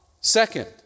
Second